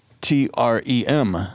T-R-E-M